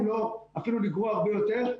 אם לא אפילו לגרוע הרבה יותר,